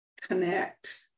connect